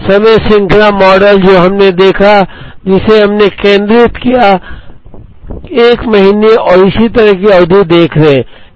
समय श्रृंखला मॉडल जो हमने देखा जिसे हमने केंद्रित किया 1 महीने और इसी तरह की अवधि देख रहे थे